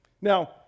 now